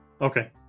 Okay